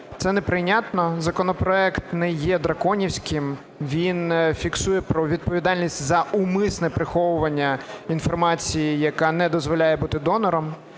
Це неприйнятно. Законопроект не є драконівським. Він фіксує про відповідальність за умисне приховування інформації, яка не дозволяє бути донором.